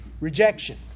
rejection